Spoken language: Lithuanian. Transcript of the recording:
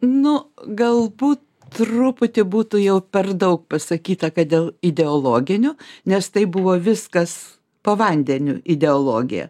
nu galbūt truputį būtų jau per daug pasakyta kad dėl ideologinių nes tai buvo viskas po vandeniu ideologija